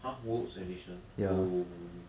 !huh! world's edition oh